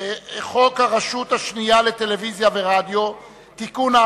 הרשות השנייה לטלוויזיה ורדיו (תיקון,